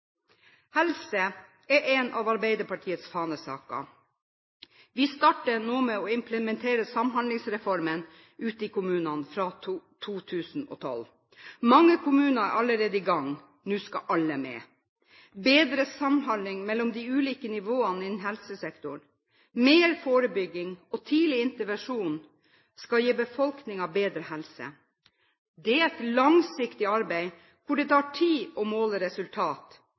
Helse er en av Arbeiderpartiets fanesaker. Vi starter nå med å implementere Samhandlingsreformen ute i kommunene fra 2012. Mange kommuner er allerede i gang. Nå skal alle med. Bedre samhandling mellom de ulike nivåene innen helsesektoren, mer forebygging og tidlig intervensjon skal gi befolkningen bedre helse. Det er et langsiktig arbeid hvor det tar tid å måle resultat,